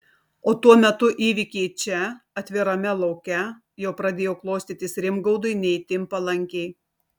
o tuo metu įvykiai čia atvirame lauke jau pradėjo klostytis rimgaudui ne itin palankiai